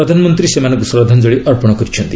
ପ୍ରଧାନମନ୍ତ୍ରୀ ସେମାନଙ୍କୁ ଶ୍ରଦ୍ଧାଞ୍ଜଳୀ ଅର୍ପଣ କରିଛନ୍ତି